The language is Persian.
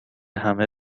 همه